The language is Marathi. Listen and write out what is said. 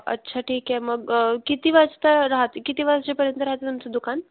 अच्छा ठीक आहे मग किती वाजता राहते किती वाजतेपर्यंत राहते तुमचं दुकान